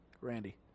Randy